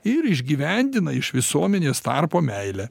ir išgyvendina iš visuomenės tarpo meilę